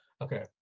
okay